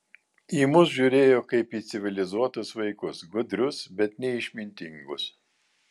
į mus žiūrėjo kaip į civilizuotus vaikus gudrius bet neišmintingus